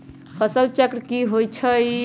फसल चक्र की होई छै?